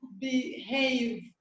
behave